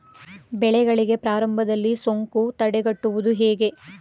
ಬೆಳೆಗಳಿಗೆ ಆರಂಭದಲ್ಲಿ ಸೋಂಕು ತಡೆಗಟ್ಟುವುದು ಹೇಗೆ?